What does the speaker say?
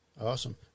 awesome